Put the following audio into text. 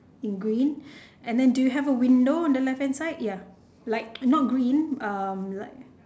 in green and then do you have a window on the left hand side ya like not green uh like